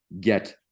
get